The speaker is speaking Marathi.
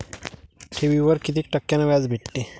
ठेवीवर कितीक टक्क्यान व्याज भेटते?